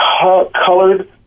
colored